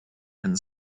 and